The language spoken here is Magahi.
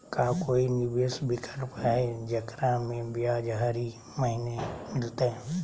का कोई निवेस विकल्प हई, जेकरा में ब्याज हरी महीने मिलतई?